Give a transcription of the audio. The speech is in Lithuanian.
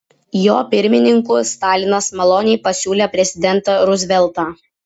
jo pirmininku stalinas maloniai pasiūlė prezidentą ruzveltą